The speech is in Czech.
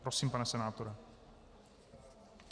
Prosím, pane senátore.